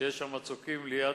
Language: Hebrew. שיש בהן מצוקים ליד